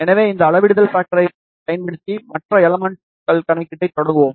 எனவே அந்த அளவிடுதல் ஃபேக்டர் யைப் பயன்படுத்தி மற்ற எலமென்ட்கள் கணக்கீட்டைத் தொடங்குகிறோம்